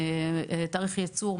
כולל תאריך הייצור.